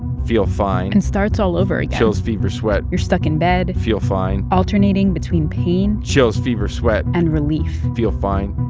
feel fine. and starts all over again. ah chills, fever, sweat. you're stuck in bed. feel fine. alternating between pain. chills, fever, sweat. and relief. feel fine